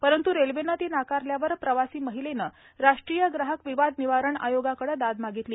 परंत् रेल्वेनं ती नाकारल्यावर प्रवासी महिलेनं राष्ट्रीय ग्राहक विवाद निवारण अयोगाकडे दाद मागितली